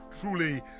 truly